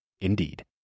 Indeed